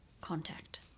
contact